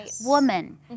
woman